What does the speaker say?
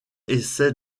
essaie